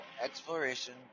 exploration